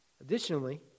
Additionally